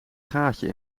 gaatje